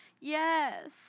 Yes